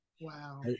Wow